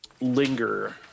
linger